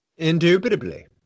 Indubitably